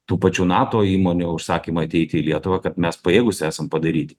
tų pačių nato įmonių užsakymai ateiti į lietuvą kad mes pajėgūs esam padaryti